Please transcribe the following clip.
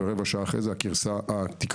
ורבע שעה אחרי זה התקרה קרסה.